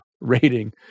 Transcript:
rating